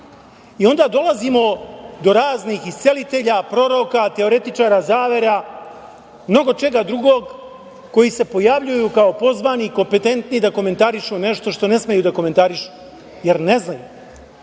i onda dolazimo do raznih iscelitelja, proroka, teoretičara zavera, mnogo čega drugog, koji se pojavljuju kao pozvani i kompetentni da komentarišu nešto što ne smeju da komentarišu, jer ne znaju. Ja